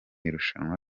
irushanwa